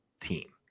team